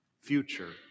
future